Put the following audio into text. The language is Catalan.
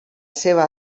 seva